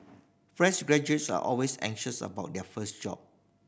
fresh graduates are always anxious about their first job